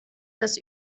das